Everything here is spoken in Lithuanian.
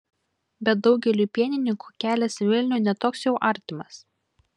bet daugeliui pienininkų kelias į vilnių ne toks jau artimas